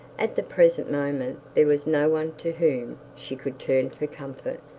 at the present moment there was no one to whom she could turn for comfort.